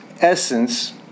essence